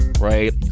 Right